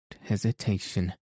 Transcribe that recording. hesitation